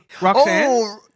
Roxanne